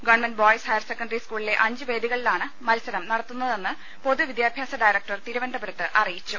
government boys higher secondary സ്കൂളിലെ അഞ്ച് വേദികളിലാ യാണ് മത്സരം നടത്തുന്നതെന്ന് പൊതുവിദ്യാഭ്യാസ ഡയറ ക്ടർ തിരുവനന്തപുരത്ത് അറിയിച്ചു